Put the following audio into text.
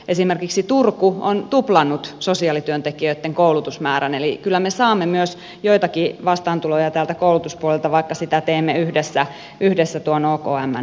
esimerkiksi turku on tuplannut sosiaalityöntekijöitten koulutusmäärän eli kyllä me saamme myös joitakin vastaantuloja tältä koulutuspuolelta vaikka sitä teemme yhdessä tuon okmn kanssa